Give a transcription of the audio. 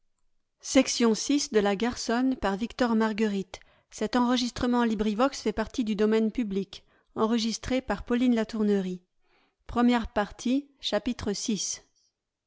de la matière